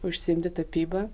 užsiimti tapyba